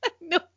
No